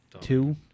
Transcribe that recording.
two